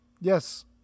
Yes